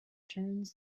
turns